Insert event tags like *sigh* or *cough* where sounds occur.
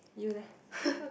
you leh *noise*